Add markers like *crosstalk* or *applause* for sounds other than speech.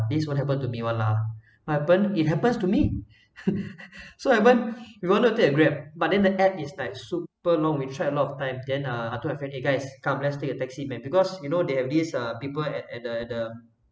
this won't happened to me [one] lah what happen it happens to me *laughs* so I went we want to take a grab but then the app is like super long we've tried a lot of time then ah I told my friends eh guys come let's take a taxi man because you know they have these uh people at at the at the